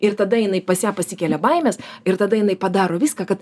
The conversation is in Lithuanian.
ir tada jinai pas ją pasikelia baimės ir tada jinai padaro viską kad